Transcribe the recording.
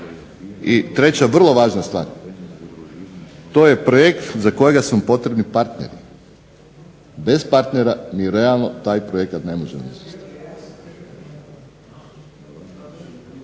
i treća vrlo važna stvar, to je projekt za kojega su potrebni partneri, bez partnera mi realno taj projekat ne možemo izvesti.